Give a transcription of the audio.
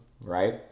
right